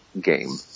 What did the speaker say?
game